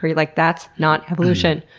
like, that's. not. evolution.